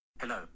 Hello